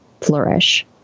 flourish